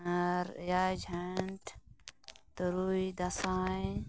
ᱟᱨ ᱮᱭᱟᱭ ᱡᱷᱮᱸᱴ ᱛᱩᱨᱩᱭ ᱫᱟᱸᱥᱟᱭ